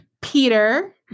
Peter